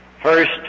First